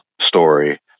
story